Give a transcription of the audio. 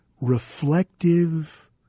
reflective